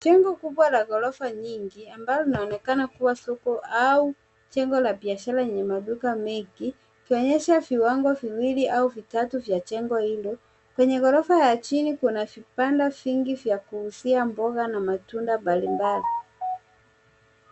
Jengo kubwa la gorofa nyingi ambalo lianonekana kuwa soko au jengo la biashara yenye maduka mengi ikionyesha viwango viwili au vitatu vya jengo hilo. Kwenye gorofa ya chini kuna vibanda vingi vya kuuzia mboga na matunda mbali mbali.